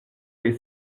les